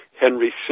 Henry